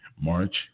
March